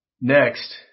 Next